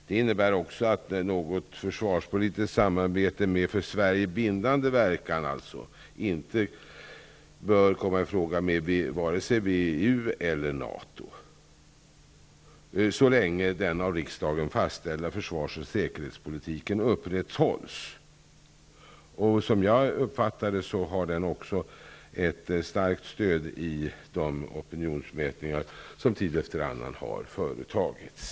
Det innebär också att något försvarspolitiskt samarbete med för Sverige bindande verkan inte bör komma i fråga med vare sig WEU eller NATO så länge den av riksdagen fastställda försvars och säkerhetspolitiken upprätthålls. Som jag uppfattar det har denna uppfattning också ett starkt stöd i de opinionsmätningar som tid efter annan har företagits.